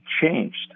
changed